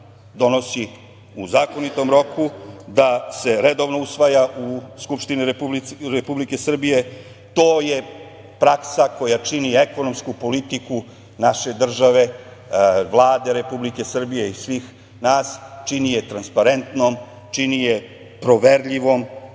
donosi u zakonitom roku, da se redovno usvaja u Skupštini Republike Srbije, To je praksa koja čini ekonomsku politiku naše države, Vlade Republike Srbije i svih nas, čini je transparentnom, čini je proverljivom,